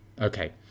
okay